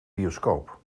bioscoop